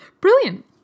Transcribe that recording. Brilliant